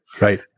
Right